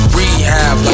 rehab